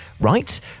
right